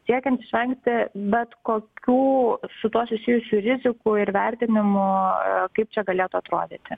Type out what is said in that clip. siekiant išvengti bet kokių su tuo susijusių rizikų ir vertinimo kaip čia galėtų atrodyti